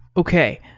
okay.